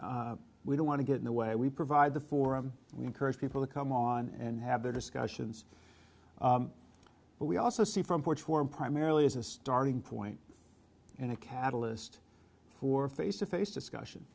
is we don't want to get in the way we provide the forum we encourage people to come on and have their discussions but we also see from ports for primarily as a starting point and a catalyst for a face to face discussion